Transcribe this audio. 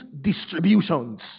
distributions